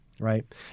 Right